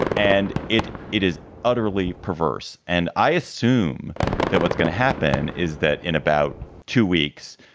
and it it is utterly perverse. and i assume that what's going to happen is that in about two weeks,